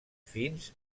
fins